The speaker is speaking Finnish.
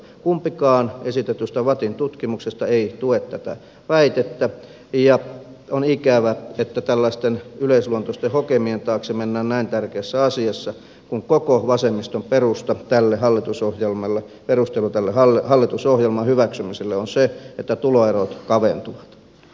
kumpikaan esitetyistä vattin tutkimuksista ei tue tätä väitettä ja on ikävä että tällaisten yleisluonteisten hokemien taakse mennään näin tärkeässä asiassa kun koko vasemmiston perustelu tämän hallitushallitusohjelman hyväksymiselle on se että tuloerot kaventuvat